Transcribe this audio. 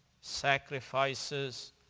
sacrifices